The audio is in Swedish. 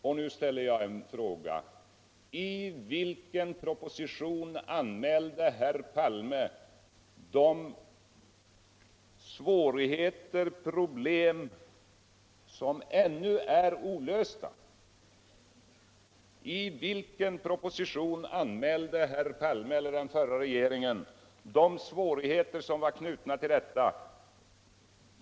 Jag ställer t'rz_"lgun: I vilken proposition anmälde herr Palme och hans regering de svårigheter som är knutna till kärnkraften och de problem som ännu är olösta?